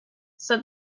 said